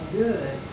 good